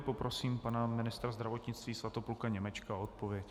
Poprosím pana ministra zdravotnictví Svatopluka Němečka o odpověď.